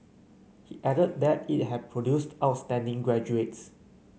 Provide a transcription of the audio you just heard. he added that it had produced outstanding graduates